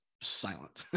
silent